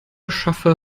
schaffe